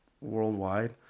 worldwide